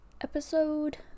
episode